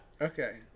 okay